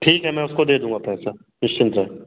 ठीक है मैं उसको दे दूँगा पैसा निश्चिन्त रहें